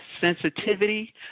sensitivity